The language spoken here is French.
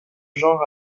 genre